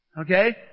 Okay